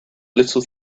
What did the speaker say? little